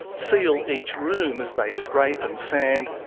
seal each room as they scrape and sand,